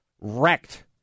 wrecked